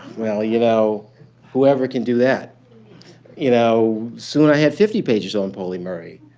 well, you know whoever can do that you know soon i had fifty pages on pauli murray.